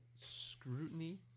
scrutiny